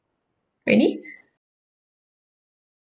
ready